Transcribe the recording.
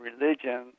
religion